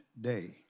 day